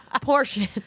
portion